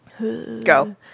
Go